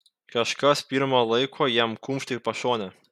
kažkas pirma laiko jam kumšt į pašonę